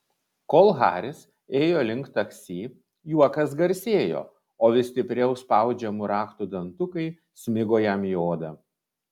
kol haris ėjo link taksi juokas garsėjo o vis stipriau spaudžiamų raktų dantukai smigo jam į odą